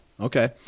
Okay